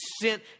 sent